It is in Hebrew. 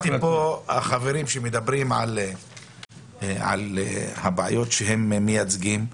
שמעתי פה חברים שמדברים על הבעיות שהם מייצגים,